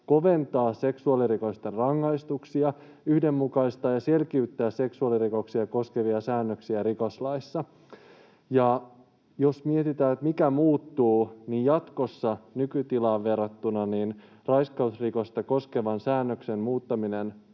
koventaa seksuaalirikosten rangaistuksia sekä yhdenmukaistaa ja selkiyttää seksuaalirikoksia koskevia säännöksiä rikoslaissa. Jos mietitään, mikä muuttuu: Jatkossa nykytilaan verrattuna raiskausrikosta koskeva säännös muuttuu